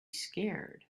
scared